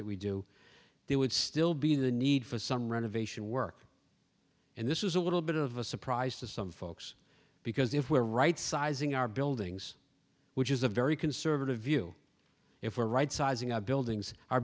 that we do there would still be the need for some renovation work and this is a little bit of a surprise to some folks because if we're right sizing our buildings which is a very conservative view if we're right sizing our buildings